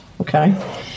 okay